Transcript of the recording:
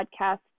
podcast